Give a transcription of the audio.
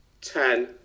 Ten